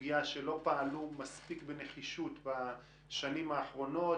סוגיה שלא פעלו מספיק בנחישות בשנים האחרונות,